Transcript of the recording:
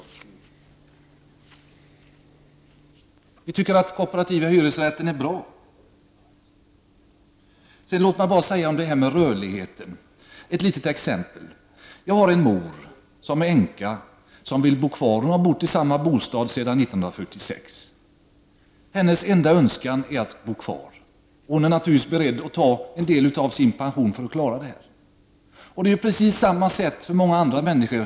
Vi tycker att den kooperativa hyresrätten är bra. Låt mig säga något om detta med rörligheten på bostadsmarknaden. Jag vill ta ett litet exempel. Jag har en mor som är änka och som vill bo kvar i den bostad hon bott i sedan år 1946. Hennes enda önskan är att bo kvar, och hon är naturligtvis beredd att använda en del av sin pension för att klara detta. Det är precis på samma sätt för många andra människor.